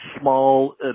small –